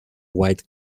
white